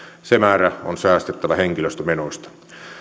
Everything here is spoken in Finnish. se määrä on säästettävä henkilöstömenoista